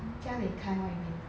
从家离开外面